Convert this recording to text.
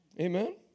amen